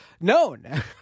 known